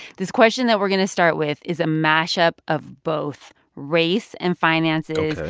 this question that we're going to start with is a mashup of both race and finances. ok.